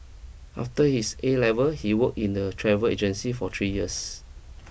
after his A level he work in a travel agency for three years